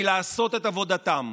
מלעשות את עבודתם.